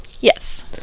Yes